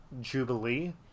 Jubilee